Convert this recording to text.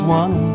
one